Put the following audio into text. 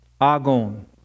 Agon